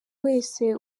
wese